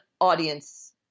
audience